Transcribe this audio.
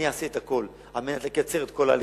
אני אעשה את הכול על מנת לקצר את כל ההליכים,